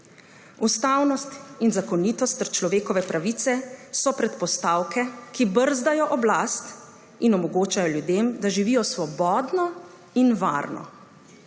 Ustavnost in zakonitost ter človekove pravice so predpostavke, ki brzdajo oblast in omogočajo ljudem, da živijo svobodno in varno.